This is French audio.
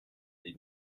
des